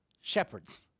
Shepherds